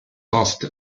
fast